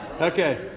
okay